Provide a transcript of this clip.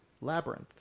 Labyrinth